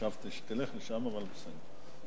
חשבתי שתלך לשם, אבל בסדר.